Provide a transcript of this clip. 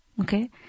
okay